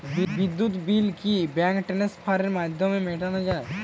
বিদ্যুৎ বিল কি ব্যাঙ্ক ট্রান্সফারের মাধ্যমে মেটানো য়ায়?